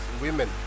women